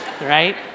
right